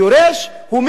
היורש הוא,